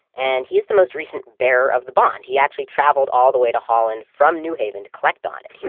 and he is the most recent bearer of the bond. he actually traveled all the way to holland from new haven to collect on and it.